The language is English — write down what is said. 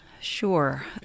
Sure